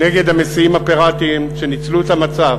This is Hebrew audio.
נגד המסיעים הפיראטיים, שניצלו את המצב